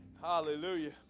Hallelujah